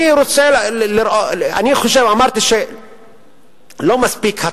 אני חושב שהטפות זה לא מספיק.